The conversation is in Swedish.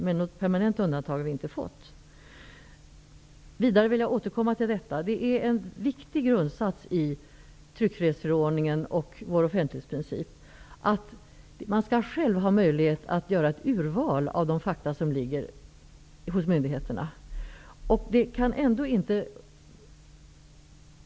Men något permanent undantag har vi inte fått. Det är en viktig grundsats i tryckfrihetsförordningen och vår offentlighetsprincip att man skall ha möjlighet att själv göra ett urval av de fakta som finns hos myndigheterna.